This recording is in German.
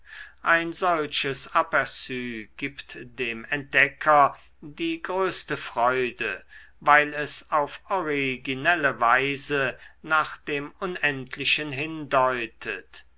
ein solches aperu gibt dem entdecker die größte freude weil es auf originelle weise nach dem unendlichen hindeutet